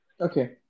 okay